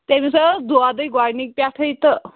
تٔمِس ہَے اوس دودُے گۄڈنِکہِ پٮ۪ٹھٕے تہٕ